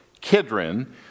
Kidron